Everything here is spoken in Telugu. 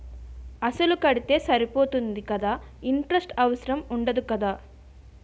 అసలు కడితే సరిపోతుంది కదా ఇంటరెస్ట్ అవసరం ఉండదు కదా?